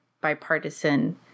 bipartisan